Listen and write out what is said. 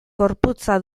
gorputza